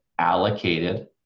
Allocated